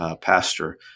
pastor